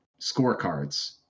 scorecards